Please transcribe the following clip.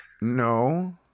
No